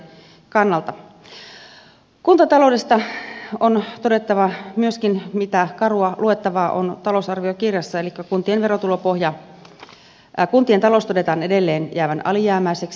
kuntataloudesta on todettava myöskin mitä karua luettavaa on talousarviokirjassa elikkä kuntien talouden todetaan edelleen jäävän alijäämäiseksi